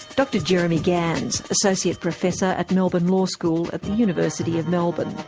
dr jeremy gans, associate professor at melbourne law school at the university of melbourne.